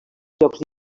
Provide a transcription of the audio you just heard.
jocs